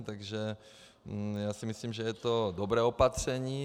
Takže já si myslím, že je to dobré opatření.